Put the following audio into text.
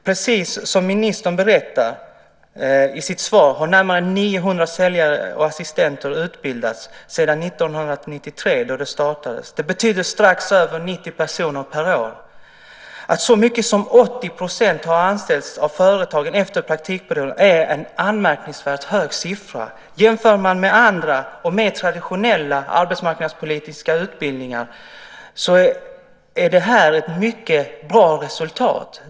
Precis som ministern berättade i sitt svar har närmare 900 säljare och assistenter utbildats sedan 1993 då utbildningen startades. Det betyder strax över 90 personer per år. Att så många som 80 % har anställts av företagen efter praktikperioden är en anmärkningsvärt hög siffra. Jämför man med andra och mer traditionella arbetsmarknadspolitiska utbildningar är det ett mycket bra resultat.